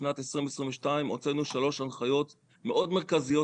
בשנת 2022 הוצאנו לשטח שלוש הנחיות מאוד מרכזיות: